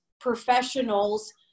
professionals